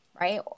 right